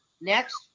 next